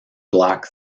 black